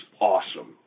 awesome